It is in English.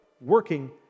working